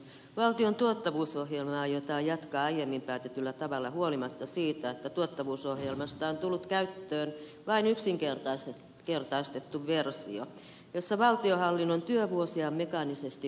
valtion tuottavuusohjelmaa aiotaan jatkaa aiemmin päätetyllä tavalla huolimatta siitä että tuottavuusohjelmasta on tullut käyttöön vain yksinkertaistettu versio jossa valtionhallinnon työvuosia on mekaanisesti vähennetty